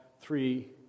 three